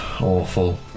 awful